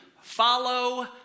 follow